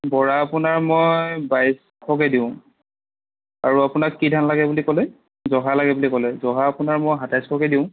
বৰা আপোনাৰ মই বাইছশকৈ দিওঁ আৰু আপোনাক কি ধান লাগে বুলি ক'লে জহা লাগে বুলি ক'লে জহা আপোনাৰ মই সাতাইছশকৈ দিওঁ